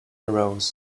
rose